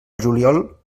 juliol